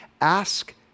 ask